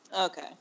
Okay